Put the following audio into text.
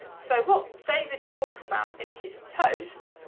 so what david talks about in his post